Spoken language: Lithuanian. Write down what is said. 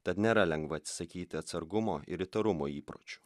tad nėra lengva atsisakyti atsargumo ir įtarumo įpročių